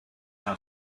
how